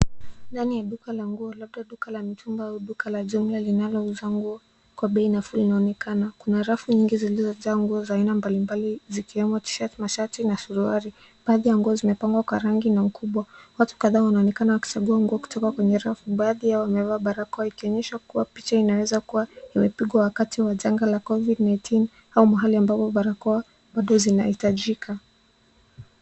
Ndani la duka la nguo, labda duka la mitumba au duka la jumla linalouza nguo kwa bei nafuu linaonekana. Kuna rafu nyingi zilizojaa nguo za aina mbalimbali zikiwemo tishati, mashati na suruali. Baadhi ya nguo zimepangwa kwa rangi na ukubwa. Watu kadhaa wanaonekana wakichagua nguo kutoka kwenye rafu. Baadhi yao wamevaa barakoa ikionyesha kuwa picha inaweza kuwa imepigwa wakati wa janga la covid-19 au mahali ambapo barakoa bado zinahitajika.